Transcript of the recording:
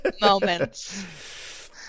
moments